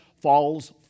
falls